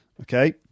Okay